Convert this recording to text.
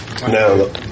No